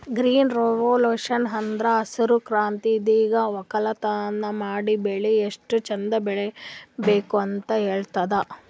green revolution ಅಂದ್ರ ಹಸ್ರ್ ಕ್ರಾಂತಿ ಇದ್ರಾಗ್ ವಕ್ಕಲತನ್ ಮಾಡಿ ಬೆಳಿ ಎಷ್ಟ್ ಚಂದ್ ಬೆಳಿಬೇಕ್ ಅಂತ್ ಹೇಳ್ತದ್